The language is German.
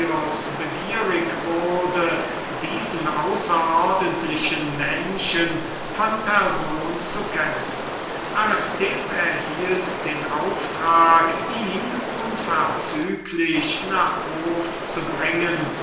begierig wurde diesen außerordentlichen menschen von person zu kennen aristipp erhielt also den auftrag ihn unverzüglich nach hofe zu bringen